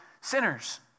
sinners